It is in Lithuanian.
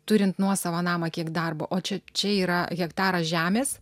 turint nuosavą namą kiek darbo o čia čia yra hektaras žemės